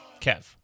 kev